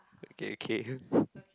okay okay